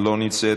לא נמצאת,